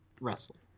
wrestling